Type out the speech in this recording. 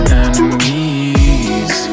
enemies